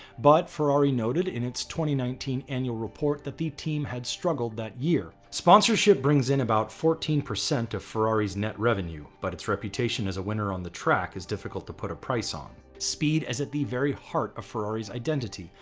but ferrari noted in its twenty nineteen annual report that the team had struggled that year. sponsorship brings in about fourteen percent of ferrari's net revenue, but its reputation as a winner on the track is difficult to put a price on speed, as at the very heart of ferrari's identity.